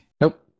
Nope